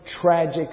tragic